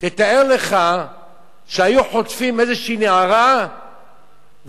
תתאר לך שהיו חוטפים איזו נערה והיא